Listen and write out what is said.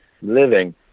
living